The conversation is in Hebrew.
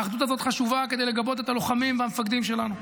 האחדות הזאת חשובה כדי לגבות את הלוחמים והמפקדים שלנו,